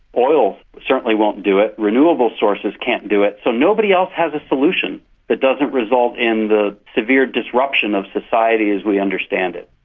oil certainly won't do it, renewable sources can't do it, so nobody else has a solution that doesn't result in the severe disruption of society as we understand it.